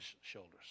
shoulders